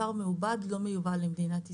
בשר מעובד לא מיובא למדינת ישראל.